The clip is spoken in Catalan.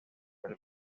pel